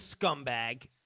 scumbag